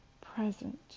present